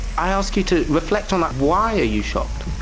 i ask you to reflect on that, why are you shocked?